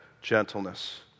gentleness